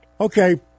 Okay